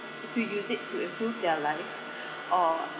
to use it to improve their life or